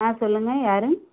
ஆ சொல்லுங்க யார்